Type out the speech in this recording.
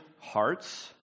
hearts